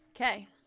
Okay